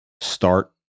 start